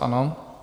Ano.